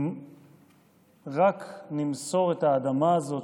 שאם רק נמסור את האדמה הזאת,